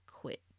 quit